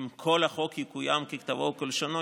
אם כל החוק יקוים ככתבו וכלשונו,